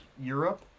Europe